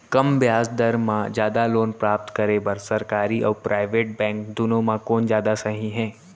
कम ब्याज दर मा जादा लोन प्राप्त करे बर, सरकारी अऊ प्राइवेट बैंक दुनो मा कोन जादा सही हे?